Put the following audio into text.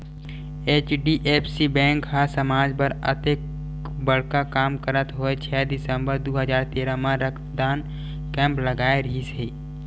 HDFC bank ह समाज बर अतेक बड़का काम करत होय छै दिसंबर दू हजार तेरा म रक्तदान कैम्प लगाय रिहिस हे